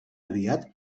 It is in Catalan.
aviat